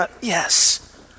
yes